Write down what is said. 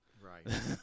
Right